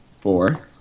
four